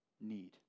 need